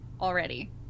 already